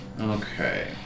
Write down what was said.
Okay